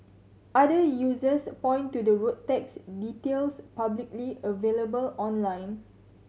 other users point to the road tax details publicly available online